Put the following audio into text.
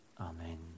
Amen